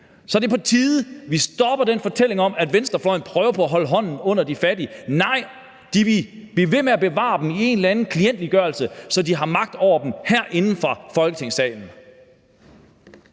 Så det er på tide, vi stopper den fortælling om, at venstrefløjen prøver på at holde hånden under de fattige. Nej, de vil blive ved med at bevare dem i en eller anden klientgørelse, så de har magt over dem herinde fra Folketingssalen.